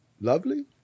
lovely